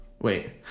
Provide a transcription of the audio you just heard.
wait